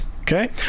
Okay